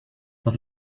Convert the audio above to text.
that